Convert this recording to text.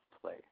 play